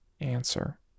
answer